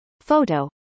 Photo